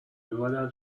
میومدن